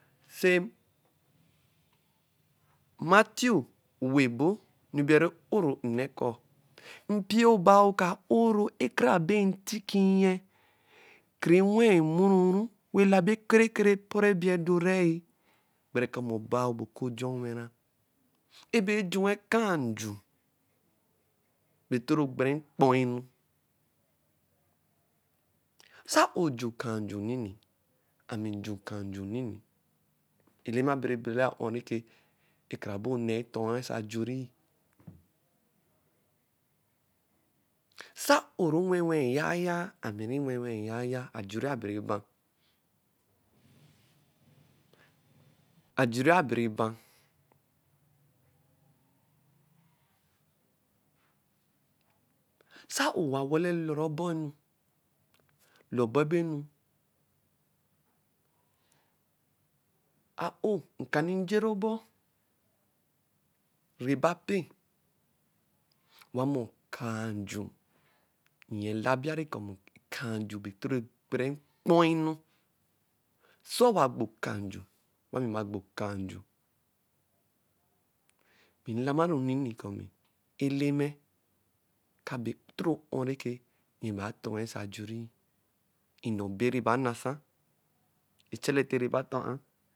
Sɛ matthew ewo ebo, onu biɛ na a-o rɛ nnɛ kɔɔ mpio baa ka o-ro ekarabe nhki nyɛ kin wɛi-nwuru ru, wɛ labi ekere-kere ɛpɔrɔ ebie dorɛi gbere kɔ mɛ obaa bɛ oku ojɔ nwɛ ra. Ɛbɛ jua akaa nju. bɛ toro nkpoi enu. Sɛ a-o ju akaa nju nini, ami ju akaa nju nini. Eleme abere bela ɔ-ɔ rẹ ke ekarabe oneh eto-e osa ajuri. Sɛ a-o r’o we-we eya-ya, ami nee we-we eya-ya, ajuri abɛrɛ ba. Ajuri abɛrɛ ba. Sɛ a-o owa wala ɛlora-ɔbɔ enu, lɔbɔ bɛ enu, a-o, nkani jeru ɔbɔ. rɛba pɛ. Owamɔ, akaa nju. nyɛ labiari kɔ mma akaa nju bɛ toro gbere m’kpoi-enu. Sɛ owa gbo akaa nju wa ami ma gbo akaa nju, mi nlamaru nini kɔ mɛ Eleme ka bɛ toro o-o rɛ kɛ nyɛ baa to-ɛ oso ajuri, nnɛ obe neba nasa, ochalate neba tɔ-a.